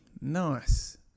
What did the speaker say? Nice